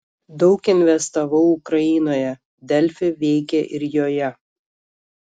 daug investavau ukrainoje delfi veikia ir joje